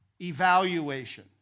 evaluation